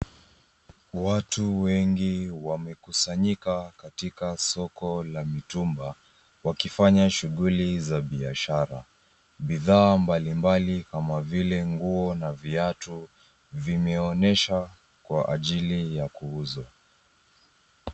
Watu wengi wamekusanyika katika soko la mitumba wakifanya shughuli za biashara. Bidhaa mbalimbali kama vile nguo na viatu vimeonyeshwa kwa ajili ya kuuzwa.